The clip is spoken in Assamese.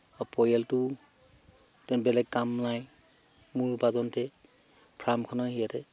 আৰু পৰিয়ালটো বেলেগ কাম নাই মোৰ উপাৰ্জনতেই ফাৰ্মখনৰ হেৰিয়াতে